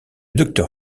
docteur